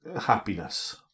happiness